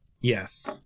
Yes